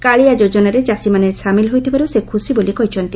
କାଳିଆ ଯୋକନାରେ ଚାଷୀମାନେ ସାମିଲ ହୋଇଥିବାରୁ ସେ ଖୁସି ବୋଲି କହିଛନ୍ତି